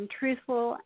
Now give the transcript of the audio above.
truthful